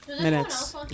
Minutes